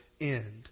end